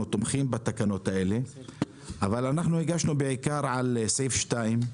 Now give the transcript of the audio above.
אנחנו תומכים בתקנות האלה אבל הרוויזיה מתייחסת בעיקר לסעיף 2(7)